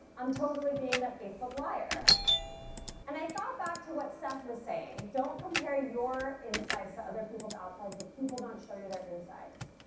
i'm totally being that facebook liar and i thought back to what seth was saying don't compare your insides to other people's outsides, but people don't show you their insides.